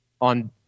on